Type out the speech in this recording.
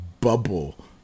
bubble